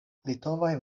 litovaj